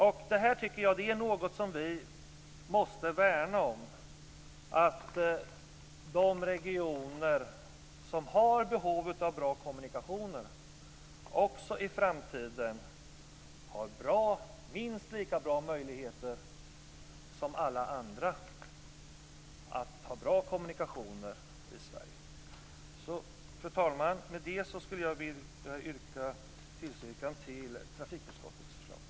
Jag tycker att vi måste värna om att de regioner som har behov av bra kommunikationer också i framtiden skall ha minst lika goda möjligheter till bra kommunikationer som alla andra i Sverige. Fru talman! Med detta yrkar jag bifall till hemställan i trafikutskottets betänkande.